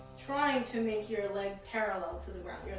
trying to make your leg parallel to the ground,